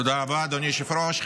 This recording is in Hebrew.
תודה רבה, אדוני היושב ראש.